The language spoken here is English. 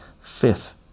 Fifth